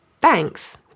thanks